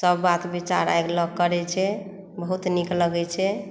सभ बात विचार आगि लग करै छै बहुत नीक लगै छै